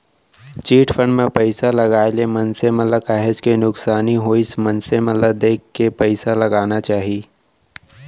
chit fund म पइसा लगाए ले मनसे मन ल काहेच के नुकसानी होइस मनसे मन ल देखे के पइसा लगाना चाही